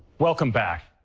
welcome back.